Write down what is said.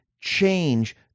change